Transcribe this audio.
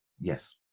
Yes